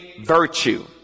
virtue